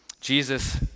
Jesus